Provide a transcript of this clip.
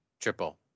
Triple